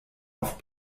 oft